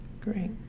Great